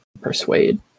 persuade